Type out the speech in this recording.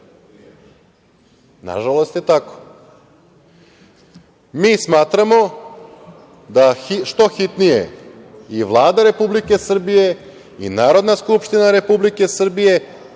Nažalost je tako. Mi smatramo da što hitnije i Vlada Republike Srbije i Narodna skupština Republike Srbije